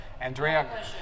Andrea